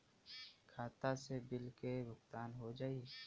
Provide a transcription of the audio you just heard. खाता से बिल के भुगतान हो जाई?